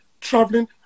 traveling